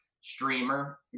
streamer